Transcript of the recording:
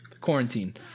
Quarantine